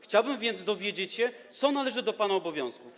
Chciałbym więc dowiedzieć się, co należy do pana obowiązków.